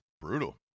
brutal